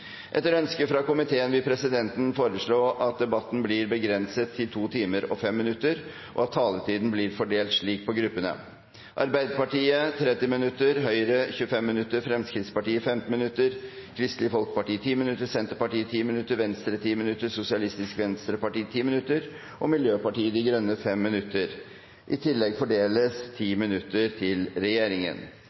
Etter ønske fra kirke-, utdannings- og forskningskomiteen vil presidenten foreslå at debatten begrenses til 2 timer og 5 minutter, og at taletiden blir fordelt slik på gruppene: Arbeiderpartiet 30 minutter, Høyre 25 minutter, Fremskrittspartiet 15 minutter, Kristelig Folkeparti 10 minutter, Senterpartiet 10 minutter, Venstre 10 minutter, Sosialistisk Venstreparti 10 minutter og Miljøpartiet De Grønne 5 minutter. I tillegg fordeles 10 minutter til regjeringen.